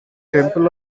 temple